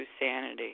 sanity